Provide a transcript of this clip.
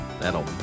that'll